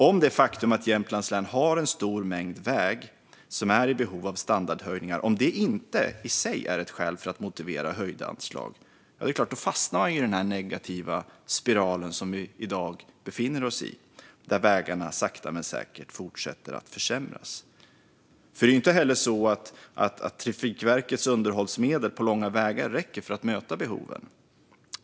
Om det faktum att Jämtlands län har en stor mängd vägar som är i behov av standardhöjningar inte i sig är skäl för att motivera höjda anslag fastnar man såklart i den negativa spiral som vi befinner oss i i dag. Vägarna fortsätter att sakta men säkert försämras. Trafikverkets underhållsmedel räcker inte heller på långa vägar för att möta behoven.